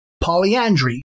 polyandry